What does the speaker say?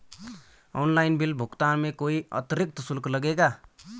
Online bill भुगतान में कोई अतिरिक्त शुल्क लगेगा?